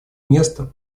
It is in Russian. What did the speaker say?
местом